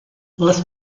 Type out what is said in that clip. les